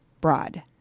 broad